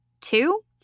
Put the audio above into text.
Two